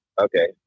Okay